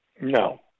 No